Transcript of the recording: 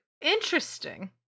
Interesting